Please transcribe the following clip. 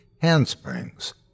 handsprings